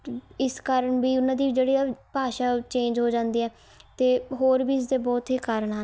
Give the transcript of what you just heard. ਇਸ ਕਾਰਨ ਵੀ ਉਹਨਾਂ ਦੀ ਜਿਹੜੀ ਆ ਭਾਸ਼ਾ ਉਹ ਚੇਂਜ ਹੋ ਜਾਂਦੀ ਹੈ ਅਤੇ ਹੋਰ ਵੀ ਇਸਦੇ ਬਹੁਤ ਹੀ ਕਾਰਨ ਹਨ